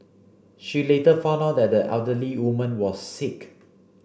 she later found out that the elderly woman was sick